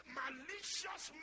malicious